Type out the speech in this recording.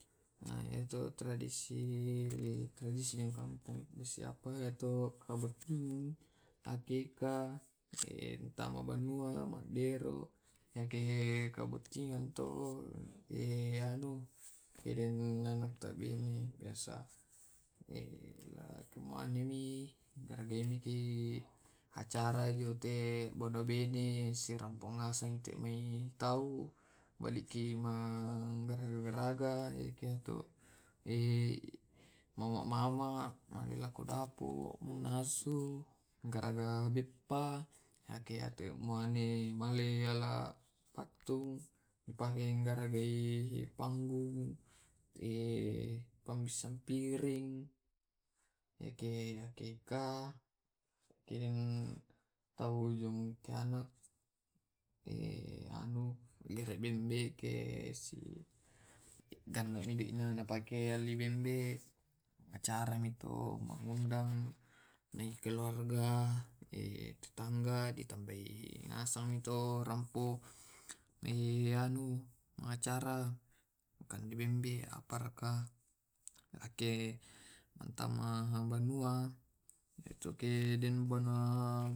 Tragesidengpa anggina yatte kabottingeng, kika, mattama banua, ajjoge maddero, nakke kabuttingeng deki tau botting disorongi kawarangang. demi tau selemuani kawareng dei tanggalana. Karena karena mattantumi tanggalna to siapmi botting. Kalau hakika depi tu solo malompan tu biccu sapi kalau hakikami, dipotingangi sapi, dipotongangi kambing, alemuangeng to si mesa sapi, atau sidendua kambing. Maki bene si mesa sapi, simesa kambing eh, iyato makkatau biccu sapi di, di potong rambutnya, angkena mattama wanua. Depi mannau batu selepi deraga. De surakaki dialli di gararaga dipaccingi dolo, di